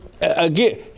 Again